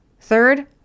Third